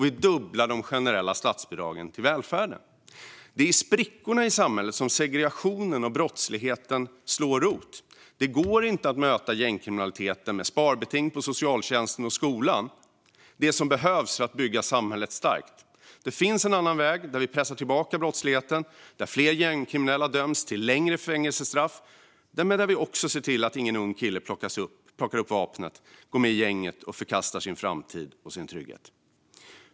Vi dubblar även de generella statsbidragen till välfärden. Det är i sprickorna i samhället som segregationen och brottsligheten slår rot. Det går inte att möta gängkriminaliteten med sparbeting på socialtjänsten och skolan - det som behövs för att bygga samhället starkt. Det finns en annan väg, där vi pressar tillbaka brottsligheten och där fler gängkriminella döms till längre fängelsestraff men där vi också ser till att ingen ung kille plockar upp vapnet, går med i gänget och förkastar sin framtid och sin trygghet.